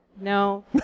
No